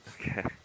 Okay